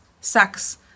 sex